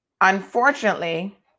unfortunately